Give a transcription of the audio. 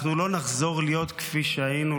אנחנו לא נחזור להיות כפי שהיינו.